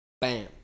bam